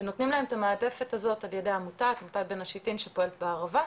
ונותנים להם את המעטפת הזאת על ידי עמותת 'בין השיטים' שפועלת בערבה,